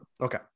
Okay